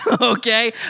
Okay